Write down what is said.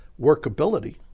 workability